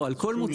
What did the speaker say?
לא, על כל מוצר.